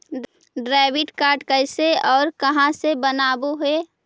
Debit card कैसे और कहां से बनाबे है?